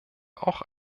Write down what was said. auch